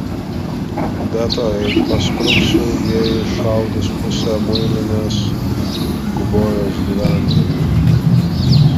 be to jei paspruksiu jie iššaudys pusę muilinės gubojos gyventojų